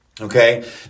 Okay